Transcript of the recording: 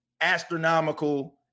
astronomical